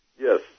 Yes